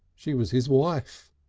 she was his wife!